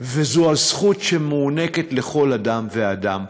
וזו הזכות שמוענקת לכל אדם ואדם.